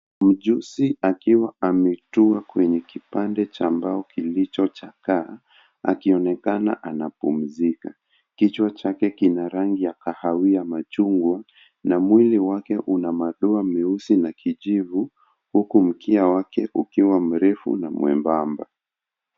Mjusi akiwa ametua kwenye kipande cha mbao kilichochakaa, akionekana anapumzika. Kichwa chake kina rangi ya kahawia machungwa na mwili wake una madoa meusi na kijivu huku mkia wake ukiwa mrefu na mwembamba.